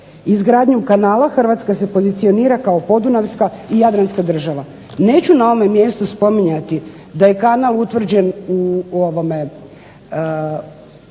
Izgradnjom kanala Hrvatska se pozicionira kao Podunavska i Jadranska država. Neću na ovom mjestu spominjati da je kanal utvrđen u